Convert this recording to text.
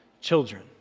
children